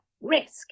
risk